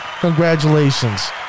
Congratulations